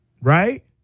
Right